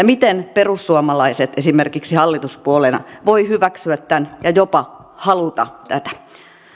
miten perussuomalaiset esimerkiksi hallituspuolueena voi hyväksyä tämän ja jopa haluta tätä